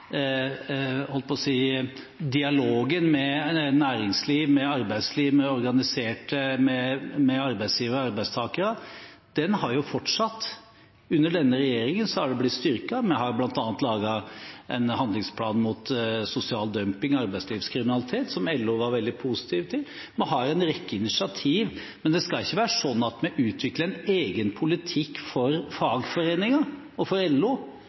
holdt på å si – dialogen med næringsliv, med arbeidsliv, med arbeidsgivere og arbeidstakere, den har jo fortsatt. Under denne regjeringen har det blitt styrket. Vi har bl.a. laget en handlingsplan mot sosial dumping og arbeidslivskriminalitet, som LO var veldig positiv til. Vi har en rekke initiativ. Men det skal ikke være sånn at vi utvikler en egen politikk for fagforeninger og for LO.